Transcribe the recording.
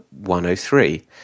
103